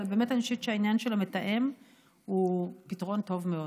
אבל אני באמת חושבת שהעניין של המתאם הוא פתרון טוב מאוד.